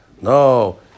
No